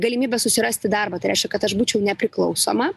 galimybė susirasti darbą reiškia kad aš būčiau nepriklausoma